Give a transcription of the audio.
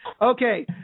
Okay